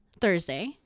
Thursday